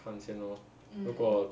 看先 lor 如果